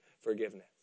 forgiveness